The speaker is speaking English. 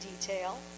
detail